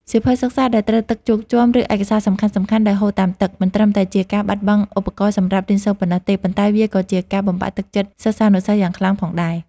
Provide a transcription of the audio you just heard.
សៀវភៅសិក្សាដែលត្រូវទឹកជោកជាំ ឬឯកសារសំខាន់ៗដែលហូរតាមទឹក មិនត្រឹមតែជាការបាត់បង់ឧបករណ៍សម្រាប់រៀនសូត្រប៉ុណ្ណោះទេ ប៉ុន្តែវាក៏ជាការបំបាក់ទឹកចិត្តសិស្សានុសិស្សយ៉ាងខ្លាំងផងដែរ។